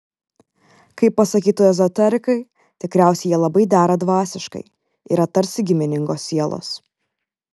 kaip pasakytų ezoterikai tikriausiai jie labai dera dvasiškai yra tarsi giminingos sielos